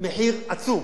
מחיר עצום,